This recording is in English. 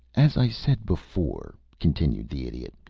as i said before, continued the idiot,